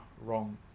wrong